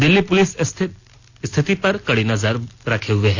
Delhi police स्थिति पर कड़ी नजर रखे हुए है